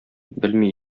белми